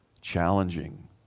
challenging